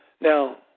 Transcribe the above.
Now